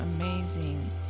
amazing